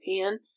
pan